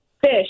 fish